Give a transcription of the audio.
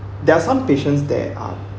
there are some patients there are